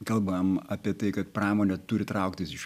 kalbam apie tai kad pramonė turi trauktis iš